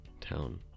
town